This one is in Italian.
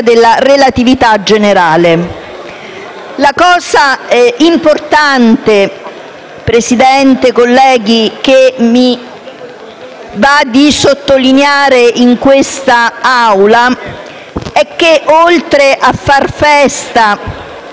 La cosa importante, signora Presidente, colleghi, che desidero sottolineare in quest'Aula è che, oltre a fare festa nelle realtà